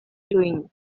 doing